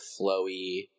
flowy